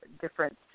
different